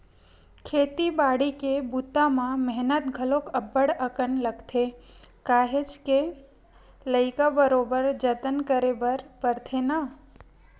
खेती बाड़ी के बूता म मेहनत घलोक अब्ब्ड़ अकन लगथे काहेच के लइका बरोबर जतन करे बर परथे ना